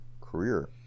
career